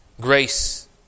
Grace